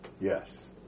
yes